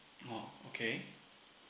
oh okay